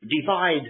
divide